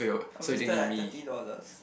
I wasted like thirty dollars